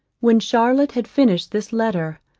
when charlotte had finished this letter,